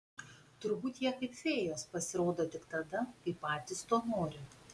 turbūt jie kaip fėjos pasirodo tik tada kai patys to nori